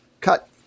cut